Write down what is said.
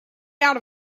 out